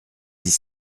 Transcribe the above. dix